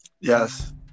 yes